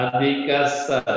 Adikasa